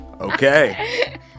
Okay